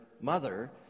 mother